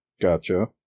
Gotcha